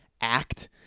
act